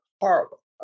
horrible